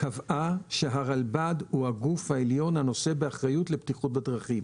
קבעה שהרלב"ד הוא הגוף העליון הנושא באחריות לבטיחות הדרכים,